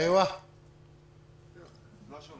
אימן בשיתוף פעולה כדי להתכונן לאירוע